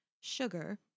sugar